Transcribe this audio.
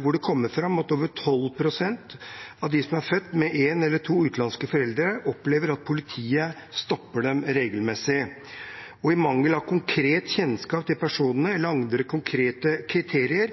hvor det kommer fram at over 12 pst. av de som er født med en eller to utenlandske foreldre, opplever at politiet stopper dem regelmessig. I mangel av konkret kjennskap til personene eller andre konkrete kriterier